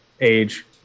age